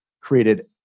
created